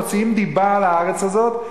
מוציאים דיבה על הארץ הזאת.